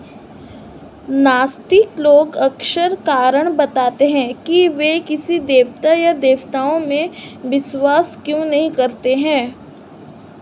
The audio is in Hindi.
नास्तिक लोग अक्सर कारण बताते हैं कि वे किसी देवता या देवताओं में विश्वास क्यों नहीं करते हैं